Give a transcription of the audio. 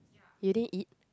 you didn't eat